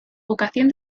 vocación